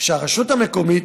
שהרשות המקומית